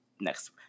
next